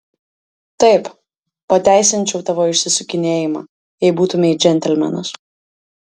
taip pateisinčiau tavo išsisukinėjimą jei būtumei džentelmenas